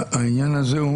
העניין הזה,